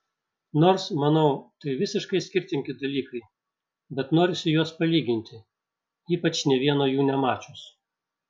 nors manau tai visiškai skirtingi dalykai bet norisi juos palyginti ypač nė vieno jų nemačius